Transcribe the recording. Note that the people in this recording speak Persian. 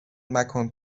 مکن